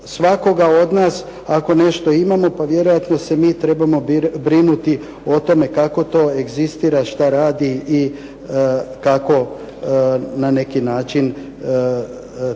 svakoga od nas ako nešto imamo pa vjerojatno se mi trebamo brinuti o tome kako to egzistira, šta radi i kako na neki način teče tok